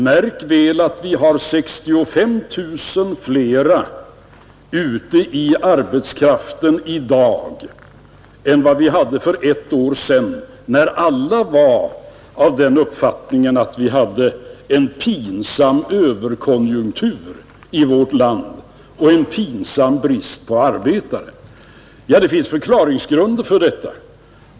Märk väl att vi har 65 000 flera personer ute i arbetslivet i dag än vad vi hade för ett år sedan, när alla var av den uppfattningen att vi hade en pinsam överkonjunktur och en pinsam brist på arbetare i vårt land. Det finns förklaringar till detta.